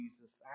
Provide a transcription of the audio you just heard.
Jesus